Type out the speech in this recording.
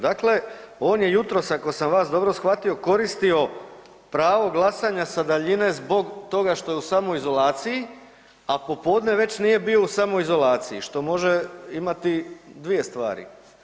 Dakle, on je jutros ako sam vas dobro shvatio koristio pravo glasanja sa daljine zbog toga što je u samoizolaciji, a popodne već nije bio u samoizolaciji što može imati dvije stvari.